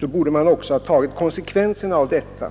Regeringen borde därför ha tagit konsekvenserna av detta